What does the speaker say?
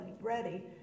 ready